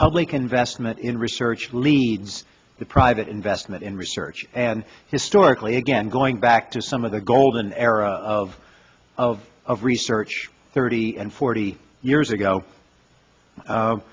public investment in research leads to private investment in research and historically again going back to some of the golden era of of of research thirty and forty years ago